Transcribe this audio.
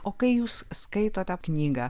o kai jūs skaitote knygą